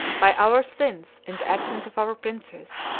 by our sins, in the absence of our princes,